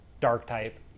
Dark-type